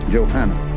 Johanna